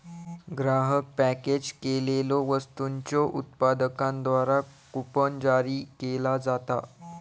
ग्राहक पॅकेज केलेल्यो वस्तूंच्यो उत्पादकांद्वारा कूपन जारी केला जाता